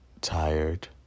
tired